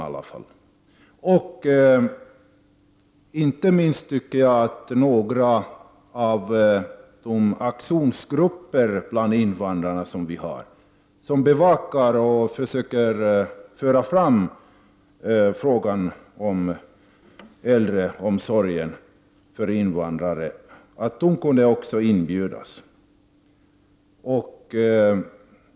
Jag tycker inte minst att några av aktionsgrupperna bland invandrarna, som bevakar och försöker föra fram frågan om äldreomsorgen för invandrare, också skulle inbjudas.